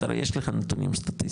הרי יש לך נתונים סטטיסטיים,